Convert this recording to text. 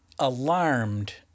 alarmed